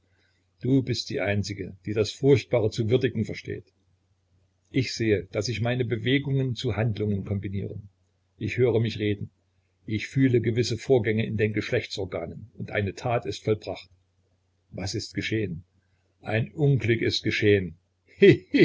du bist die einzige die das furchtbare zu würdigen versteht ich sehe daß sich meine bewegungen zu handlungen kombinieren ich höre mich reden ich fühle gewisse vorgänge in den geschlechtsorganen und eine tat ist vollbracht was ist geschehen ein unglück ist geschehen